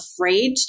afraid